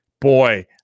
boy